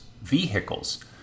vehicles